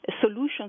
solutions